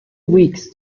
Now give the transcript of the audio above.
weeks